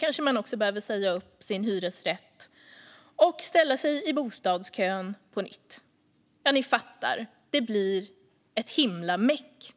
kanske man också behöver säga upp sin hyresrätt och ställa sig i bostadskön på nytt. Ja, ni fattar - det blir ett himla meck.